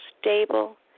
stable